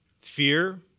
fear